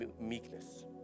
meekness